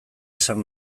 esan